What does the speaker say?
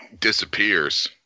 disappears